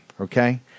Okay